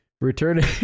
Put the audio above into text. Returning